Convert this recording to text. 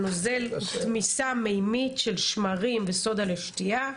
הנוזל הוא תמיסה מימית של שמרים וסודה לשתיה,